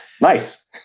Nice